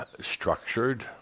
structured